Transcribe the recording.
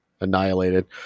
annihilated